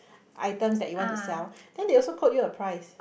items that you want to sell than they also quote you a price